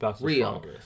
real